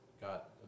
got